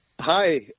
Hi